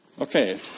Okay